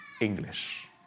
English